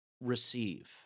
receive